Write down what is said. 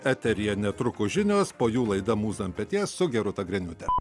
eteryje netrukus žinios po jų laida mūza ant peties su gerūta griniūte